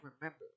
remember